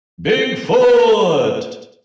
Bigfoot